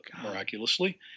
miraculously